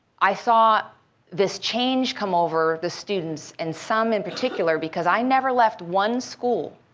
i saw this change come over the students, and some in particular. because i never left one school,